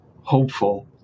hopeful